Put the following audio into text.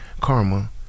Karma